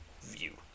view